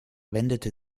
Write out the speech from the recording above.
wendete